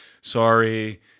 sorry